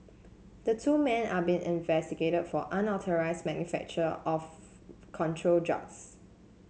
the two men are being investigated for unauthorised manufacture of control drugs